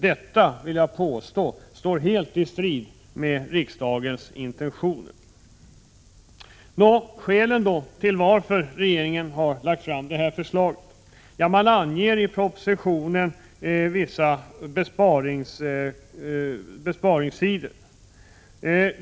Detta vill jag påstå står helt i strid med riksdagens intentioner. Vilka är då skälen till att regeringen har lagt fram detta förslag? Man anger i propositionen vissa besparingssidor.